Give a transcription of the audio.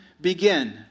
begin